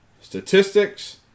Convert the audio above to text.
statistics